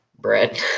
bread